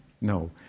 No